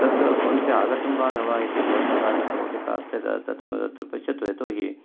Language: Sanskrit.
तत् फ़ोन् पे आगतं वा न वा इति भवतः तत्र रोटिकार्थे दत्तं तत्र पश्यतु यतोहि